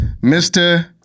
Mr